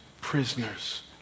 prisoners